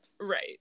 Right